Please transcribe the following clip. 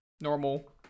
normal